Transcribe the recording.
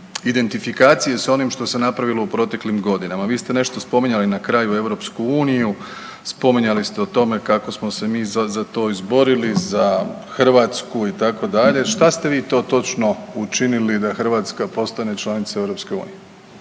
identifikacije s onim što se napravilo u proteklim godinama. Vi ste nešto spominjali na kraju Europsku uniju, spominjali ste o tome kako smo se mi za to izborili za Hrvatsku itd. Što ste vi to točno učinili da Hrvatska postane članica Europske unije?